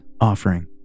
offering